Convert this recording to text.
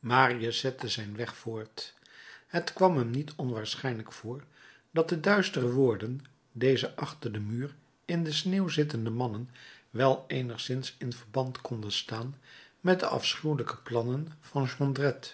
marius zette zijn weg voort het kwam hem niet onwaarschijnlijk voor dat de duistere woorden dezer achter den muur in de sneeuw zittende mannen wel eenigszins in verband konden staan met de afschuwelijke plannen van jondrette